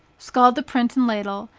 scald the print and ladle,